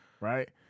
right